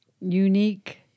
unique